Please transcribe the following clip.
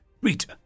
Rita